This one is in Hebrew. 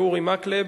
אין נמנעים.